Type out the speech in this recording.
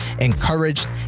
encouraged